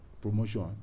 promotion